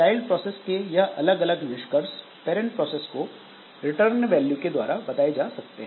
child process के यह अलग अलग निष्कर्ष पैरंट प्रोसेस को रिटर्न वैल्यू के द्वारा बताए जा सकते हैं